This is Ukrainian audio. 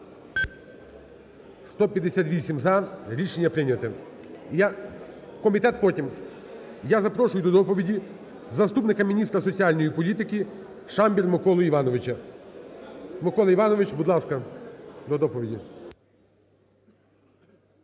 За-158 Рішення прийнято. Комітет – потім. Я запрошую до доповіді заступника міністра соціальної політики Шамбір Миколу Івановичу. Микола Іванович, будь ласка, до доповіді.